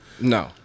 No